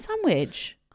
sandwich